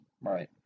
Right